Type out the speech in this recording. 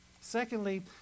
Secondly